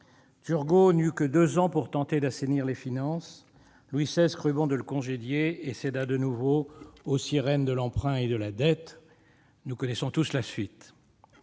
Turgot n'eut que deux ans pour tenter d'assainir les finances ; Louis XVI crut bon de le congédier et céda de nouveau aux sirènes de l'emprunt et de la dette. Nous connaissons tous la suite.